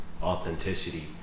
authenticity